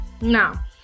Now